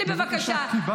חברת הכנסת תמנו, חצי דקה.